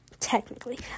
Technically